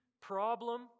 problem